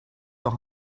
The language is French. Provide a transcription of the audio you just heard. leur